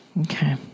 okay